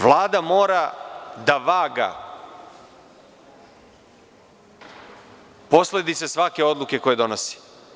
Vlada mora da vaga posledice svake odluke koje donosi.